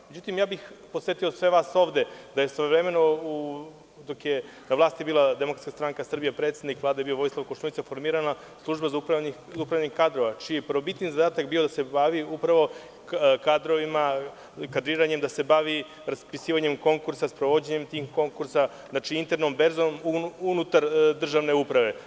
Međutim, ja bih podsetio sve vas ovde da je svojevremeno, dok je na vlasti bila DSS predsednik Vlade je bio Vojislav Koštunica, formirana Služba za upravljanje kadrovima, čiji je prvobitni zadatak bio da se bavi upravo kadrovima, kadriranjem, da se bavi raspisivanjem konkursa, sprovođenjem tih konkursa, znači internom berzom unutar državne uprave.